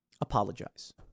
Apologize